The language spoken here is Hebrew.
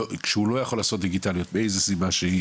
כשהוא לא יכול לעשות דיגיטליות מאיזו סיבה שהיא,